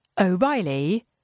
O'Reilly